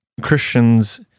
Christians